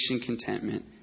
contentment